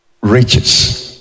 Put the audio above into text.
riches